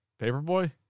Paperboy